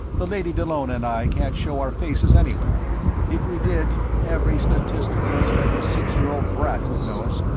the lady dallona and i can't show our faces anywhere if we did, every statisticalist and his six-year-old brat would know us,